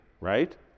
right